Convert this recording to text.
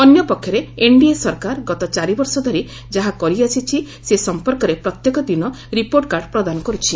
ଅନ୍ୟପକ୍ଷରେ ଏନଡିଏ ସରକାର ଗତ ଚାରିବର୍ଷ ଧରି ଯାହା କରିଆସିଛି ସେ ସମ୍ପର୍କରେ ପ୍ରତ୍ୟେକ ଦିନ ରିପୋର୍ଟକାର୍ଡ ପ୍ରଦାନ କର୍ରଛି